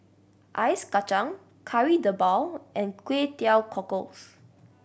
ice kacang Kari Debal and Kway Teow Cockles